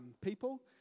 people